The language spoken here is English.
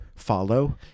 follow